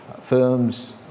firms